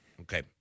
Okay